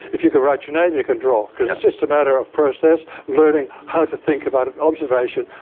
if you can write your name you can draw. cause it's just a matter of process, learning how to think about observation,